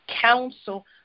council